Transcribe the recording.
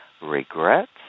regrets